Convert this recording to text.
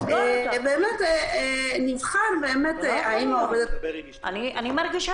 נבחן האם העובדת --- אני מרגישה